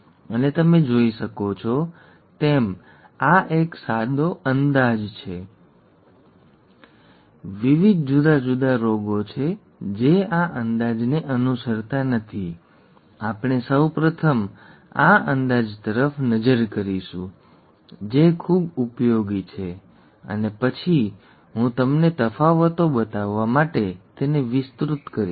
અને તમે જોઈ શકો છો તેમ આ એક સાદો અંદાજ છે વિવિધ જુદા જુદા રોગો છે જે આ અંદાજને અનુસરતા નથી આપણે સૌ પ્રથમ આ અંદાજ તરફ નજર કરીશું જે ખૂબ ઉપયોગી છે અને પછી હું તમને તફાવતો બતાવવા માટે તેને વિસ્તૃત કરીશ